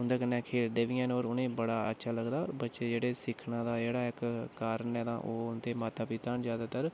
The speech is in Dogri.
उं'दे कन्नै खेढदे बी हैन होर उनेंगी बड़ा अच्छा लगदा होर बच्चे जेह्ड़े सिक्खने दा जेह्ड़ा इक कारण ऐ तां ओह् उं'दे माता पिता न ज्यादातर